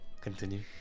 continue